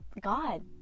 God